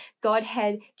Godhead